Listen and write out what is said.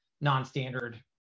non-standard